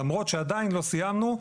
למרות שעדיין לא סיימנו.